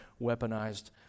weaponized